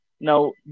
Now